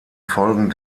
folgen